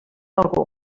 algú